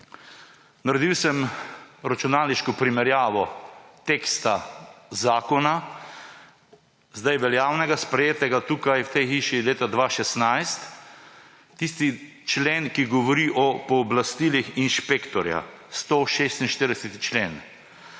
Naredil sem računalniško primerjavo teksta zakona, zdaj veljavnega, sprejetega tukaj, v tej hiši leta 2016, tisti člen, ki govori o pooblastilih inšpektorja, 146. člen.